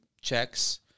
checks